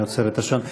אני עוצר את השעון.